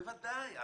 בוודאי.